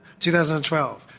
2012